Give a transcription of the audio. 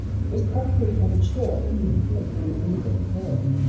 but was probably premature in thinking that he knew england thoroughly.